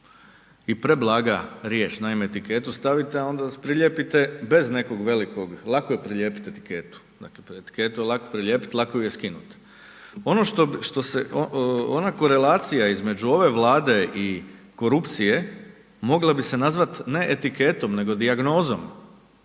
i preblaga riječ, naime etiketu stavite a onda prilijepite bez nekog velikog, lako je prilijepiti etiketu, dakle etiketu je lako prilijepiti, lako ju je skinuo. Ona korelacija između ove Vlade i korupcije, mogla bi se nazvati ne etiketom nego dijagnozom.